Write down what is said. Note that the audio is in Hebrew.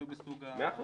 מאה אחוז.